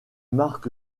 marc